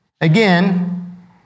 Again